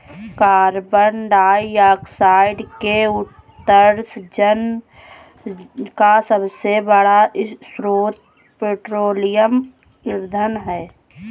carbon dioxide के उत्सर्जन का सबसे बड़ा स्रोत पेट्रोलियम ईंधन है